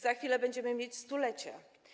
Za chwilę będziemy mieć stulecie.